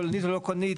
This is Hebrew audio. כוללנית ולא כוללנית,